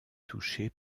touchée